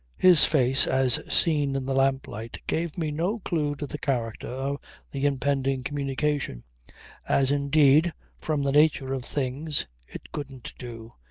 his face as seen in the lamplight gave me no clue to the character of the impending communication as indeed from the nature of things it couldn't do,